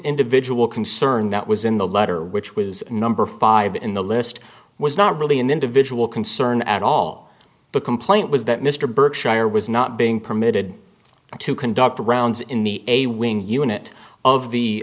individual concerned that was in the letter which was number five in the list was not really an individual concern at all the complaint was that mr berkshire was not being permitted to conduct the rounds in the a wing unit of the